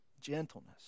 gentleness